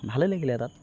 ভালে লাগিলে তাত